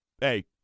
hey